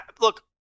look